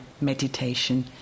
meditation